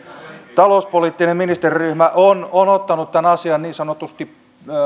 talouspoliittinen ministeriryhmä on on ottanut tämän asian niin sanotusti